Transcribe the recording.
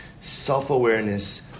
Self-awareness